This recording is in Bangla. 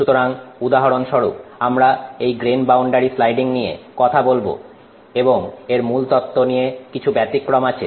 সুতরাং উদাহরণস্বরূপ আমরা এই গ্রেন বাউন্ডারি স্লাইডিং নিয়ে কথা বলবো এবং এর মূল তত্ত্ব নিয়ে কিছু ব্যতিক্রম আছে